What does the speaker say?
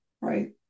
right